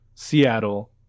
Seattle